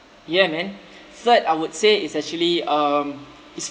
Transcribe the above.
yeah man third I would say is actually um is